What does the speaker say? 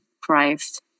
Christ